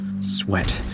Sweat